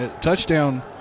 touchdown